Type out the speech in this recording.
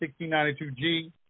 1692G